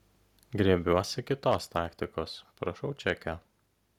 griebiuosi kitos taktikos prašau čekio